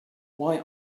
why